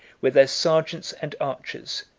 with their sergeants and archers,